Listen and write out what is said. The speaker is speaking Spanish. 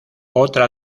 otra